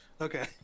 Okay